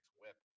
whip